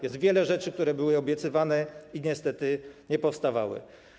Jest wiele rzeczy, które były obiecywane i niestety nie powstawały.